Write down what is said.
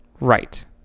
Right